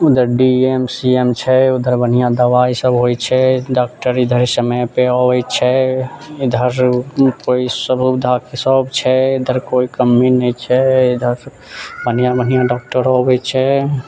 उधर D M C M छै उधर बड़ बन्हिआँ दबाइ सब होइ छै डॉक्टर इधर समयपर अबै छै इधर सब छै इधर कोइ कमी नहि छै इधर बन्हिआँ बन्हिआँ डॉक्टरो अबै छै